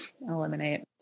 eliminate